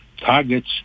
targets